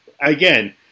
Again